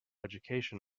education